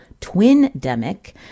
twin-demic